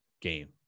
game